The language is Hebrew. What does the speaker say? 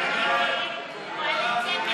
מי נגד?